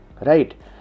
right